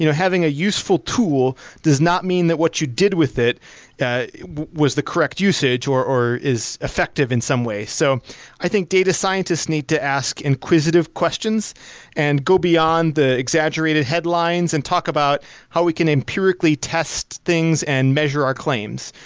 you know having a useful tool does not mean that what you did with it was the correct usage or or is effective in some way. so i think data scientists need to ask inquisitive questions and go beyond the exaggerated headlines and talk about how we can empirically test things and measure our claims.